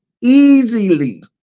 easily